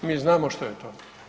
Mi znamo što je to.